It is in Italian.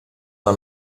una